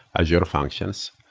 azure functions.